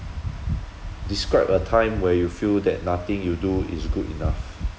describe a time where you feel that nothing you do is good enough